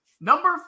number